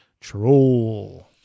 Troll